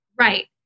Right